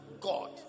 God